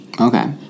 Okay